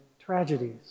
tragedies